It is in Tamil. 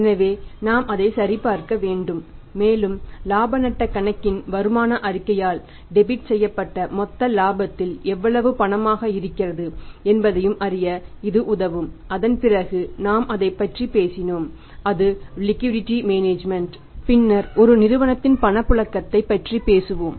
எனவே நாம் அதைச் சரிபார்க்க வேண்டும் மேலும் இலாப நட்டக் கணக்கின் வருமான அறிக்கையால் டெபிட் பின்னர் ஒரு நிறுவனத்தின் பணப்புழக்கத்தை பற்றி பேசுவோம்